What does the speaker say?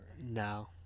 no